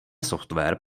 software